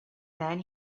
then